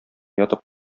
ятып